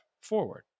forward